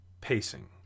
pacing